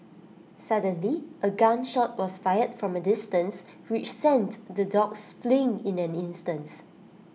suddenly A gun shot was fired from A distance which sent the dogs fleeing in an instant